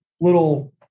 little